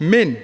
Men